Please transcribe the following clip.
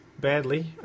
badly